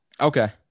Okay